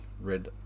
red